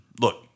Look